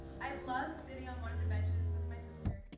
i love sitting on one of the benches with my sister,